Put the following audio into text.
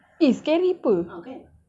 eh scary [pe]